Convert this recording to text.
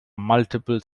multiple